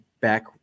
back